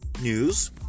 news